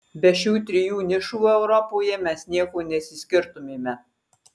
be šių trijų nišų europoje mes nieko neišsiskirtumėme